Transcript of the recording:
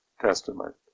Testament